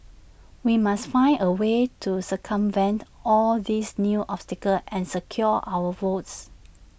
we must find A way to circumvent all these new obstacles and secure our votes